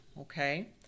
okay